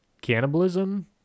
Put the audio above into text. cannibalism